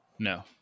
No